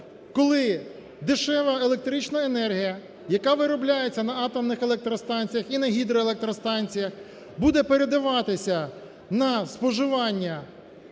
коли дешева електрична енергія, яка виробляється на атомних електростанціях і на гідроелектростанціях, буде передаватися на споживання виробничим